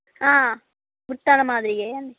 బుట్టల మాదిరిగే